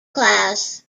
class